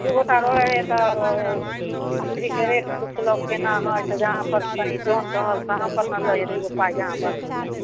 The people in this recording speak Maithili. दुइ गोटा रहै हइ तऽ मछरीके रेट पुछलक कोना हइ से जहाँपर कनि डाउन रहल तहाँपर ने लै हइ दुइगो पाइ जहाँ बचतै